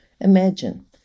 Imagine